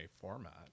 format